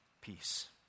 peace